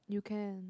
you can